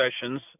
sessions